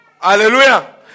Hallelujah